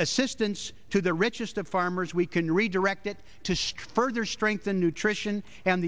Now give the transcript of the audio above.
assistance to the richest of farmers we can redirect it to strip further strengthen nutrition and